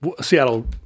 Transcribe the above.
Seattle